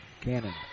Cannon